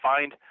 find